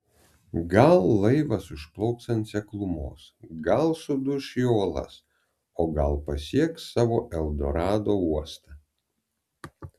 gal laivas užplauks ant seklumos gal suduš į uolas o gal pasieks savo eldorado uostą